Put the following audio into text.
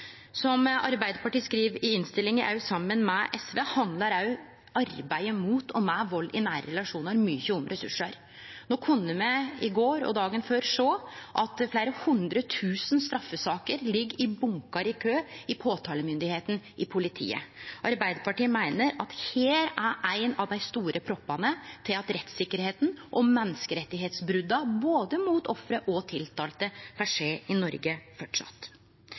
Som Arbeidarpartiet skriv i innstillinga, saman med SV, handlar òg arbeidet mot og med vald i nære relasjonar mykje om ressursar. I går og dagen før kunne me sjå at fleire hundre tusen straffesaker ligg i bunkar i kø hjå påtalemyndigheita i politiet. Arbeidarpartiet meiner at her er ein av dei store proppane til at rettssikkerheits- og menneskerettsbrota både mot offer og mot tiltalte framleis kan skje i Noreg.